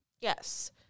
Yes